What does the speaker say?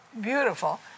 beautiful